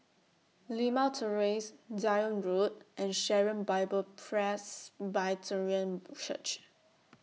Limau Terrace Zion Road and Sharon Bible Presbyterian Church